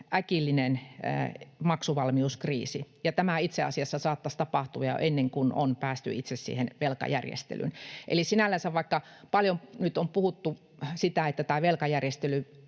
äkillinen maksuvalmiuskriisi, ja tämä itse asiassa saattaisi tapahtua jo ennen kuin on päästy siihen itse velkajärjestelyyn. Eli sinällänsä vaikka paljon nyt on puhuttu sitä, että tämä velkajärjestely